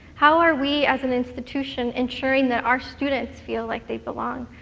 how are we, as an institution, ensuring that our students feel like they belong?